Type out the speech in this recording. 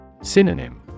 Synonym